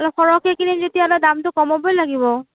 অলপ সৰহকৈ কিনিম যেতিয়া অলপ দামটো কমাবই লাগিব